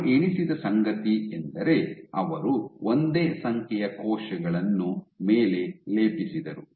ಅವರು ಎಣಿಸಿದ ಸಂಗತಿಯೆಂದರೆ ಅವರು ಒಂದೇ ಸಂಖ್ಯೆಯ ಕೋಶಗಳನ್ನು ಮೇಲೆ ಲೇಪಿಸಿದರು